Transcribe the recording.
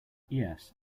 yes